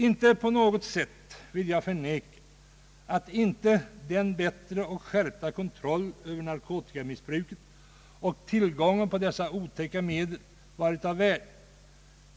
Inte på något sätt vill jag förneka att inte den bättre och skärpta kontrollen över narkotikamissbruket och tillgången på dessa otäcka medel har varit av värde.